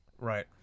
Right